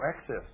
access